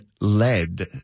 led